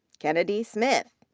kennedy smith.